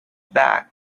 back